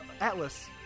Atlas